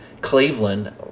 Cleveland